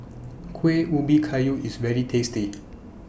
Kueh Ubi Kayu IS very tasty